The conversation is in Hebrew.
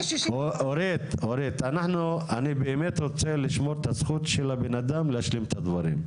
אורית אני באמת רוצה לשמור את הזכות של הבנאדם להשלים את הדברים.